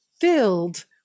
filled